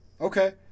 Okay